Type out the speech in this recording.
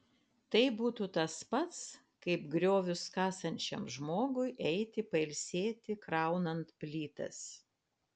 tai būtų tas pats kaip griovius kasančiam žmogui eiti pailsėti kraunant plytas